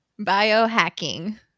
Biohacking